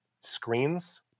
screens